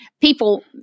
people